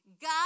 God